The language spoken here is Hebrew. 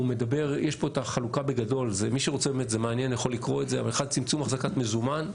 בשקף יש את החלוקה בגדול: צמצום החזקת מזומן,